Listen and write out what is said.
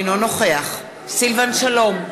אינו נוכח סילבן שלום,